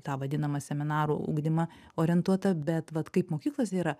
tą vadinamą seminaų ugdymą orientuota bet vat kaip mokyklose yra